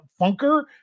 Funker